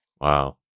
wow